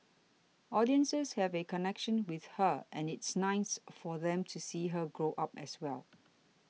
audiences have a connection with her and it's nice for them to see her grow up as well